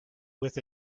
with